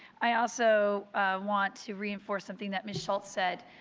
i also want to reinforce something that ms. schultz said.